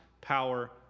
power